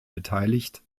beteiligt